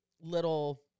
little